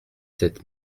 sept